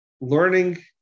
learning